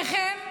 מספיק.